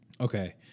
Okay